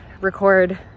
record